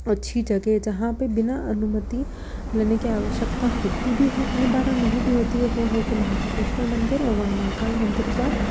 अच्छी जगह जहाँ पर बिना अनुमति लेने के आवश्यकता होती भी है कई बार और नहीं भी होती है वो है कि महाकालेश्वर मंदिर और वहाँ महाकाल मंदिर पर